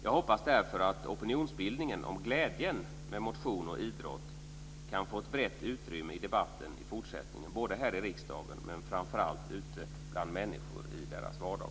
Jag hoppas därför att opinionsbildningen om glädjen med motion och idrott kan få ett brett utrymme i debatten i fortsättningen, både här i riksdagen men framför allt ute bland människor i deras vardag.